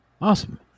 Awesome